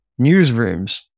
newsrooms